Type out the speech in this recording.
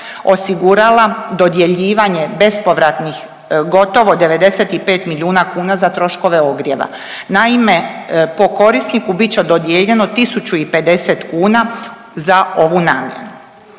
osigurala dodjeljivanje bespovratnih gotovo 95 milijuna kuna za troškove ogrjeva. Naime, po korisniku bit će dodijeljeno 1050 kuna za ovu namjenu.